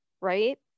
right